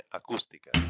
acustica